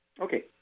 Okay